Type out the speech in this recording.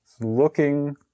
looking